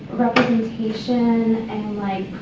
representation and like,